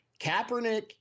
Kaepernick